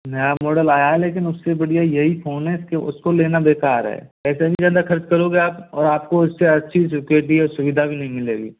नया मॉडल आया है लेकिन उससे बढ़िया यही फ़ोन है इसके उसको लेना बेकार है पैसा भी ज़्यादा खर्च करोगे आप और आपको इससे अच्छी सिक्योरिटी और सुविधा भी नहीं मिलेगी